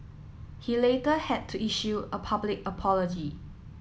he later had to issue a public apology